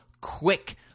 quick